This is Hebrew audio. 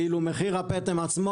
ואילו מחיר הפטם עצמו,